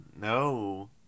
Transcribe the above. No